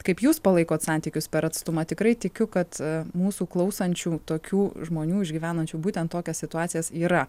kaip jūs palaikot santykius per atstumą tikrai tikiu kad mūsų klausančių tokių žmonių išgyvenančių būtent tokias situacijas yra